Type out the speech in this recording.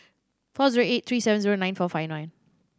four zero eight three seven nine four five one